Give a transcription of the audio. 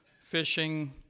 fishing